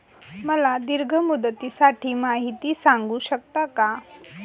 मला दीर्घ मुदतीसाठी माहिती सांगू शकता का?